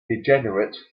degenerate